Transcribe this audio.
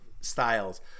styles